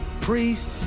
Priest